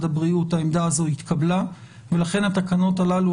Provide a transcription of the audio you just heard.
הבריאות העמדה הזו התקבלה ולכן התקנות הללו,